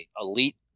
elite